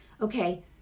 Okay